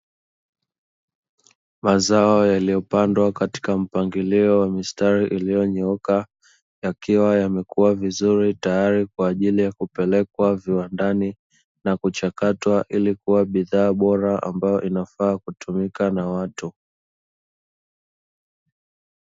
Mazao yaliyopandwa katika mpangilio wa mistari uliyonyooka, yakiwa yamekua vizuri tayari kwa ajili ya kupelekwa viwandani, na kuchakatwa ili kuwa bidhaa bora ambayo inafaa kutumika na watu.